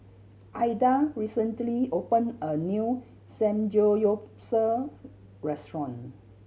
Aida recently opened a new Samgeyopsal restaurant